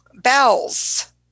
bells